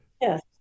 Yes